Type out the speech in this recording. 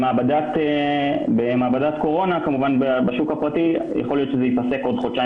במעבדת קורונה בשוק הפרטי יכול להיות שזה ייפסק בעוד חודשיים